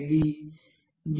ఇది 011